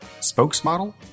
spokesmodel